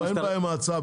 אין בעיה בהצעה,